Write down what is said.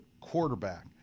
quarterback